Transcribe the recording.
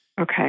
Okay